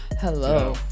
hello